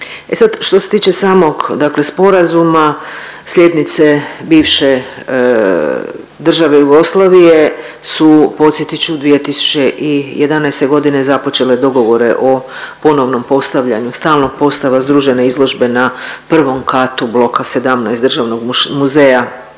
što se tiče samog dakle sporazuma sljednice bivše države Jugoslavije su podsjetit ću 2011.g. započele dogovore o ponovnom postavljanju stalnog postava združene izložbe na I.katu bloka 17 Državnog muzeja